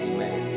Amen